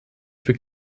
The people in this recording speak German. für